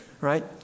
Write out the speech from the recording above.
right